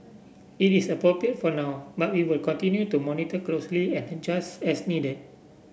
it is appropriate for now but we will continue to monitor closely and adjust as needed